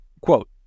Quote